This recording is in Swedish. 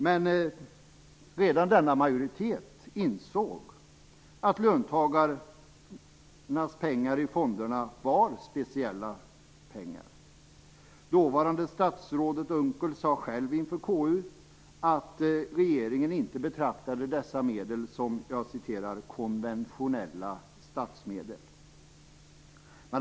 Men redan denna majoritet insåg att löntagarnas pengar i fonderna var speciella pengar. Dåvarande statsrådet Unckel sade själv inför KU att regeringen inte betraktade dessa medel som "konventionella statsmedel".